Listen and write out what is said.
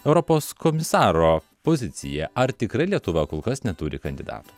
europos komisaro poziciją ar tikrai lietuva kol kas neturi kandidato